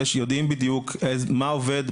יודעים בדיוק מה עובד,